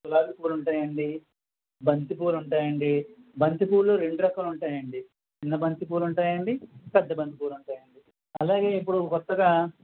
గులాబీ పూలు ఉంటాయండీ బంతి పూలు ఉంటాయండీ బంతి పూలు రెండు రకాలు ఉంటాయండీ చిన్న బంతి పూలు ఉంటాయండీ పెద్ద బంతి పూలు ఉంటాయండీ అలాగే ఇప్పుడు కొత్తగా